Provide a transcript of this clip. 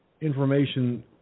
information